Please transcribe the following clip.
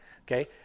okay